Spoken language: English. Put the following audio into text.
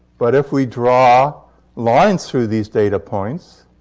but if we draw lines through these data points,